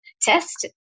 test